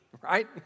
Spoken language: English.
right